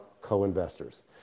co-investors